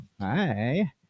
hi